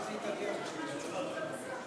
חוק האזרחים הוותיקים (תיקון מס' 13),